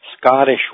Scottish